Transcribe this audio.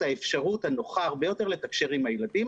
האפשרות הנוחה הרבה יותר לתקשר עם הילדים.